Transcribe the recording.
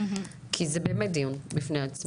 כי זה באמת דיון בפני עצמו.